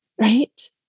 right